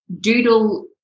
doodle